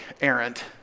errant